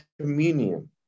communion